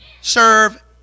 Serve